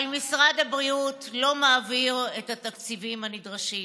אבל משרד הבריאות לא מעביר את התקציבים הנדרשים.